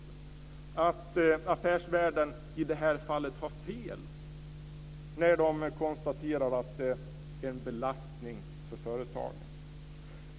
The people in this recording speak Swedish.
Menar han att Affärsvärlden i det här fallet har fel när tidningen konstaterar att detta är en belastning för företagen?